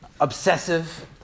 obsessive